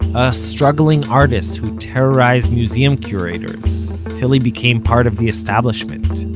a struggling artist who terrorized museum curators till he became part of the establishment.